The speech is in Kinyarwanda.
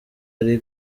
ari